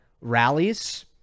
rallies